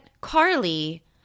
Carly